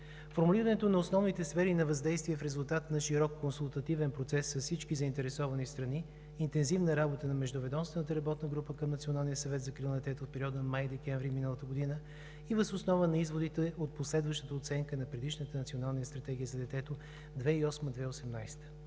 Формулирането на основните сфери на въздействие е в резултат на широк консултативен процес с всички заинтересовани страни и интензивна работа на междуведомствената работна група към Националния съвет за закрила на детето в периода май-декември на миналата година, и въз основа на изводите от последващата оценка на предишната Национална стратегия за детето 2008 – 2018